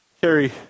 carry